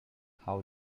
how